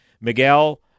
Miguel